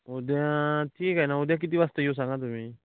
उद्या ठीक आहे ना उद्या किती वाजता येऊ सांगा तुम्ही